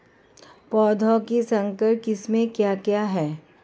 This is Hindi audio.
पौधों की संकर किस्में क्या क्या हैं?